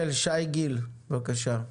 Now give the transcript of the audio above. שי גל, בבקשה.